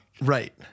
right